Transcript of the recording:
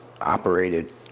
operated